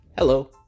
Hello